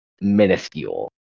minuscule